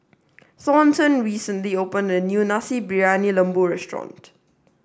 Thornton recently opened a new Nasi Briyani Lembu restaurant